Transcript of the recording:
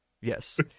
Yes